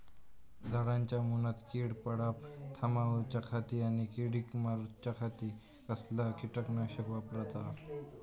झाडांच्या मूनात कीड पडाप थामाउच्या खाती आणि किडीक मारूच्याखाती कसला किटकनाशक वापराचा?